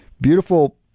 Beautiful